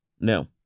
No